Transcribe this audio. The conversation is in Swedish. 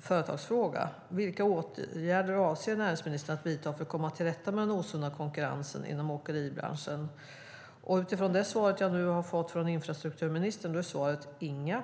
företagsfråga: Vilka åtgärder avser näringsministern att vidta för att komma till rätta med den osunda konkurrensen inom åkeribranschen? I det svar jag nu har fått från infrastrukturministern är beskedet: inga.